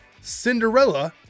Cinderella